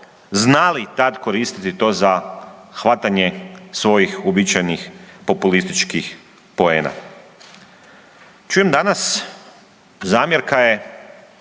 znali tad koristiti to za hvatanje svojih uobičajenih populističkih poena. Čujem danas zamjerka je